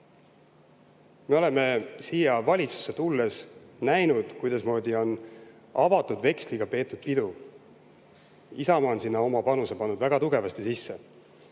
Me oleme siia valitsusse tulles näinud, kuidasmoodi on avatud veksliga pidu peetud. Isamaa on sinna oma panuse väga tugevasti sisse